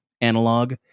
analog